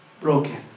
broken